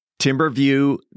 Timberview